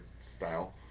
style